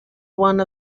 one